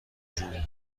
جوون